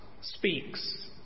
speaks